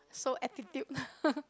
so attitude